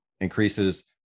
increases